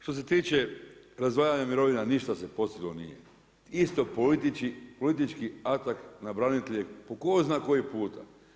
Što se tiče razdvajanja mirovina ništa se posebno nije, isto politički atackt na branitelje po tko zna koji puta.